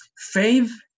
faith